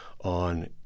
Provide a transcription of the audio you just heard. on